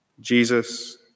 Jesus